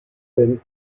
then